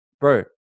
bro